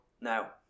Now